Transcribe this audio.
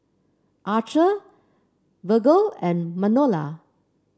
Archer Virgle and Manuela